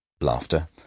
laughter